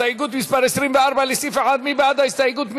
הסתייגות מס' 24 לסעיף 1, מי בעד ההסתייגות?